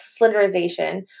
slenderization